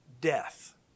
Death